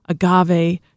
Agave